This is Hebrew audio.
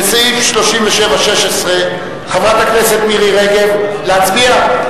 לסעיף 37(16) חברת הכנסת מירי רגב, להצביע?